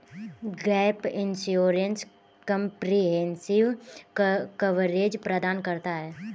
gap insurance comprehensive coverage प्रदान करता है